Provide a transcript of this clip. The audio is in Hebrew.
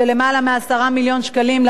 של יותר מ-10 מיליון שקלים,